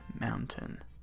Mountain